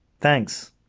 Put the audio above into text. Thanks